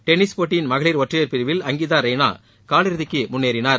tennis போட்டியின் மகளிர் ஒற்றையர் பிரிவில் அங்கிதா ரெய்னா காலிறுதிக்கு முன்னேறினார்